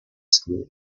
school